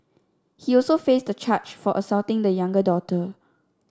he also faced a charge for assaulting the younger daughter